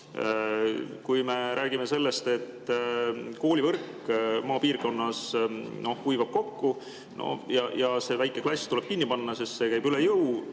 Me räägime sellest, et koolivõrk maapiirkonnas kuivab kokku ja see väike klass tuleb kinni panna, sest see käib üle jõu.